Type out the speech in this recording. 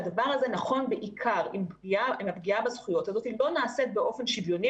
שהדבר הזה נכון בעיקר אם הפגיעה בזכויות הזאת לא נעשית באופן שוויוני,